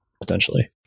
potentially